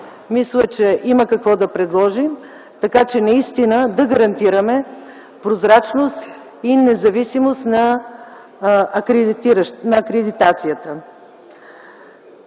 Мисля, че има какво да предложим, така че наистина да гарантираме прозрачност и независимост на акредитацията.